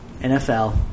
NFL